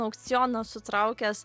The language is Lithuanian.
aukcionas sutraukęs